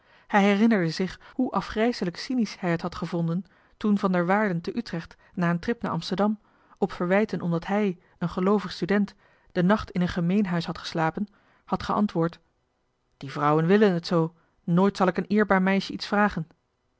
hij herinnerde zich hoe afgrijselijk cynisch hij het had gevonden toen van der waarden te utrecht na een trip naar amsterdam op verwijten omdat hij een geloovig student den nacht in een gemeen huis had geslapen had geantwoord die vrouwen willen het zoo nooit zal ik een eerbaar meisje iets vragen